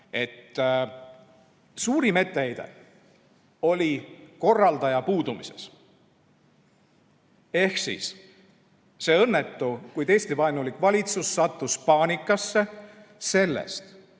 et suurim etteheide oli korraldaja puudumine. Ehk see õnnetu, kuid Eesti-vaenulik valitsus sattus paanikasse sellest,